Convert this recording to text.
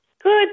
Good